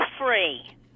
free